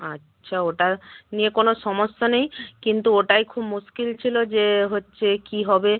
আচ্ছা ওটা নিয়ে কোনো সমস্যা নেই কিন্তু ওটায় খুব মুশকিল ছিল যে হচ্ছে কী হবে